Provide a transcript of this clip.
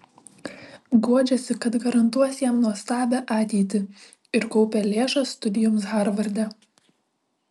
guodžiasi kad garantuos jam nuostabią ateitį ir kaupia lėšas studijoms harvarde